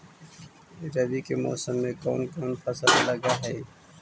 रवि के मौसम में कोन कोन फसल लग है?